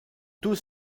tous